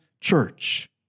church